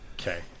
Okay